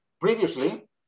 Previously